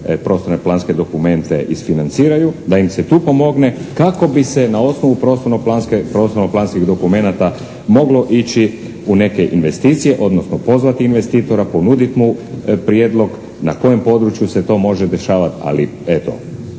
prostorno planske dokumente isfinanciraju, da im se tu pomogne kako bi se na osnovu prostorno-planske, prostorno-planskih dokumenata moglo ići u neke investicije odnosno pozvati investitora, ponuditi mu prijedlog na kojem području se to može dešavati, ali eto